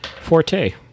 forte